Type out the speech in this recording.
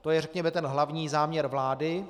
To je řekněme ten hlavní záměr vlády.